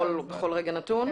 בכל רגע נתון?